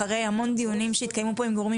אחרי המון דיונים שהתקיימו פה עם גורמים